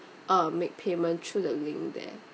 uh make payment through the link there